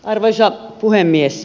arvoisa puhemies